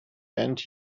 and